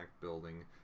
building